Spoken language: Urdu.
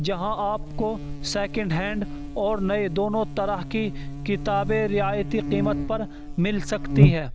جہاں آپ کو سیکنڈ ہینڈ اور نئے دونوں طرح کی کتابیں رعایتی قیمت پر مل سکتی ہے